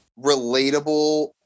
relatable